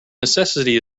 necessity